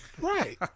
right